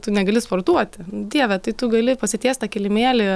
tu negali sportuoti dieve tai tu gali pasitiest tą kilimėlį